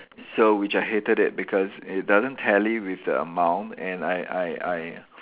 so which I hated it because it doesn't tally with the amount and I I I